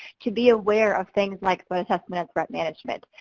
to be aware of things like threat assessment, threat management.